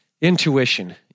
intuition